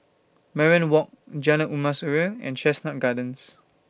Mariam Walk Jalan Emas Urai and Chestnut Gardens